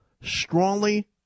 strongly